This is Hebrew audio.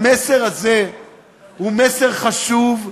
המסר הזה הוא מסר חשוב,